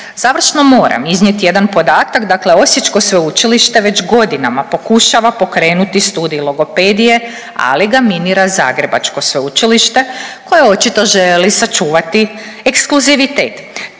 Završno moram iznijeti jedan podatak, dakle osječko sveučilište već godinama pokušava pokrenuti studij logopedije, ali ga minira zagrebačko sveučilište koje očito želi sačuvati ekskluzivitet.